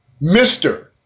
Mr